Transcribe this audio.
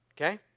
okay